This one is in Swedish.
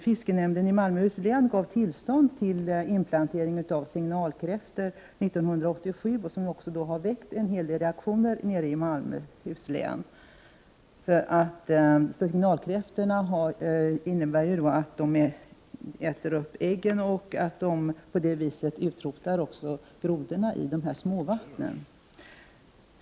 Fiskenämnden i Malmöhus län gav 1987 tillstånd till inplantering av signalkräftor, och det har också väckt en hel del reaktioner i Malmöhus län — signalkräftorna äter nämligen upp grodornas ägg och utrotar på det sättet grodorna ur småvattnen.